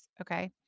okay